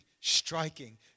striking